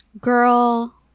Girl